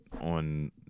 on